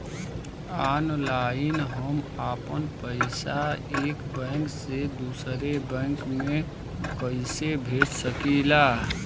Online हम आपन पैसा एक बैंक से दूसरे बैंक में कईसे भेज सकीला?